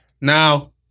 Now